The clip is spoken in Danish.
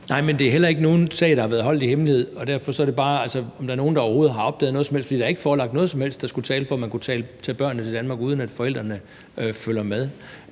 Nej, men det er heller ikke nogen sag, der har været holdt hemmelig, og derfor er sagen bare, om der er nogen, der overhovedet har opdaget noget som helst, for der er ikke forelagt noget som helst, der skulle tale for, at man kunne tage børnene til Danmark, uden at forældrene følger med.